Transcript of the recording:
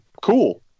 cool